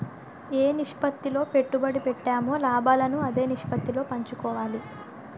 ఏ నిష్పత్తిలో పెట్టుబడి పెట్టామో లాభాలను అదే నిష్పత్తిలో పంచుకోవాలి